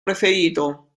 preferito